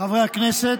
חברי הכנסת,